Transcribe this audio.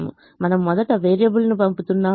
మనం మొదట వేరియబుల్ను పంపుతున్నాము